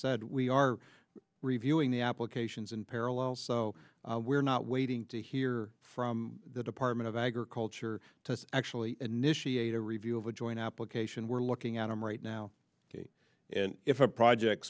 said we are reviewing the applications in parallel so we're not waiting to hear from the department of agriculture to actually initiate a review of a joint application we're looking at them right now and if a project